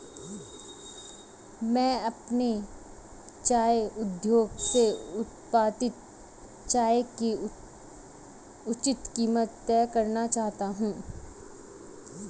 मैं अपने चाय उद्योग से उत्पादित चाय की उचित कीमत तय करना चाहता हूं